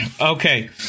Okay